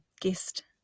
guest